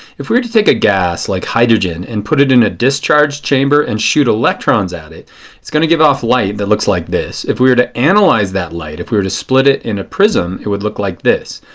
if we were to take a gas, like hydrogen, and put it in a discharge chamber and shoot electrons at it, it is going to give off light that looks like this. if we were to analyze that light, if we were to split it in a prism, it would look like this.